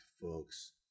folks